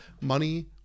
Money